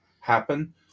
happen